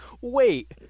Wait